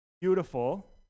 beautiful